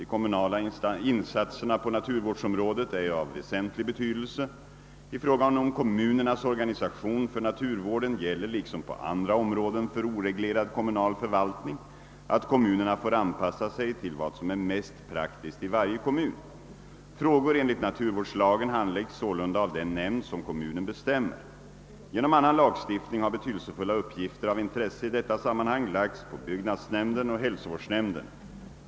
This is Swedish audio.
De kommunala insatserna på naturvårdsområdet är av väsentlig betydelse. I fråga om kommunernas organisation för naturvården gäller — liksom på andra områden för oreglerad kommunal förvaltning — att kommunerna får anpassa sig till vad som är mest praktiskt i varje kommun. Frågor enligt naturvårdslagen handläggs sålunda av den nämnd som kommunen bestämmer. Genom annan lagstiftning har betydelsefulla uppgifter av intresse i detta sammanhang lagts på byggnadsnämnden och hälsovårdsnämnden.